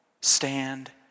stand